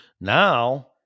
Now